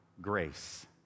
grace